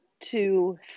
two